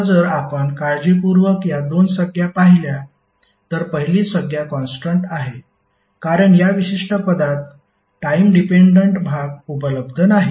आता जर आपण काळजीपूर्वक या दोन संज्ञा पाहिल्या तर पहिली संज्ञा कॉन्स्टन्ट आहे कारण या विशिष्ट पदात टाइम डिपेन्डन्ट भाग उपलब्ध नाही